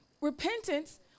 Repentance